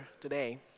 today